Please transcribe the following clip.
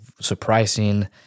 surprising